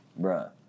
bruh